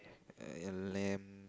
uh lamb